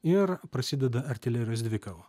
ir prasideda artilerijos dvikova